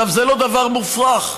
זה לא דבר מופרך.